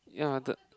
yeah the